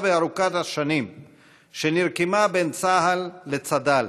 וארוכת השנים שנרקמה בין צה"ל לצד"ל,